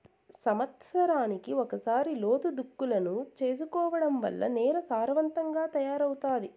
సమత్సరానికి ఒకసారి లోతు దుక్కులను చేసుకోవడం వల్ల నేల సారవంతంగా తయారవుతాది